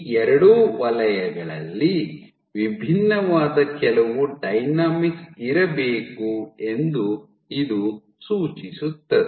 ಈ ಎರಡು ವಲಯಗಳಲ್ಲಿ ವಿಭಿನ್ನವಾದ ಕೆಲವು ಡೈನಾಮಿಕ್ಸ್ ಇರಬೇಕು ಎಂದು ಇದು ಸೂಚಿಸುತ್ತದೆ